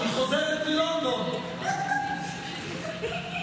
היא חוזרת מלונדון, מנקה את העובש מהפינות.